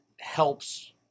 helps